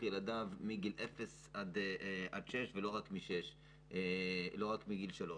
אדם לא צריך לשלם עבור חינוך ילדיו החל מגיל לידה ולא רק מגיל שלוש.